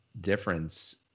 difference